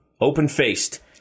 Open-faced